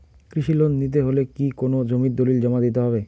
কৃষি লোন নিতে হলে কি কোনো জমির দলিল জমা দিতে হবে?